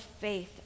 faith